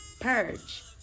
purge